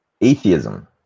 atheism